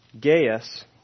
Gaius